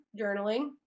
journaling